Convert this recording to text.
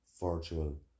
virtual